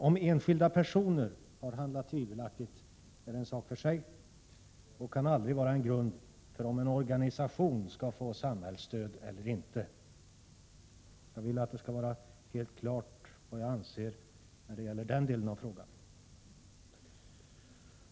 Om enskilda personer har handlat tvivelaktigt, då är det en sak för sig som aldrig kan ligga till grund för huruvida en organisation skall få samhällsstöd eller inte. Jag vill att det skall vara helt klart vad jag anser när det gäller den delen av frågan.